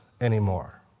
anymore